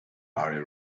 fhearadh